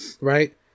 right